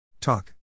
Talk